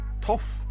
tough